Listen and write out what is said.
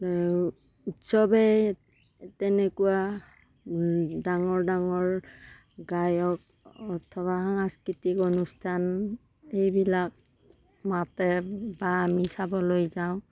চবেই তেনেকুৱা ডাঙৰ ডাঙৰ গায়ক অথবা সাংস্কৃতিক অনুষ্ঠান এইবিলাক মাতে বা আমি চাবলৈ যাওঁ